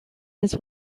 his